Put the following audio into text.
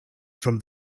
from